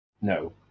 No